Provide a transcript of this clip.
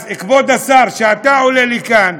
כבוד השר, כשאתה עולה לכאן,